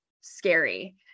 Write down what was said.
scary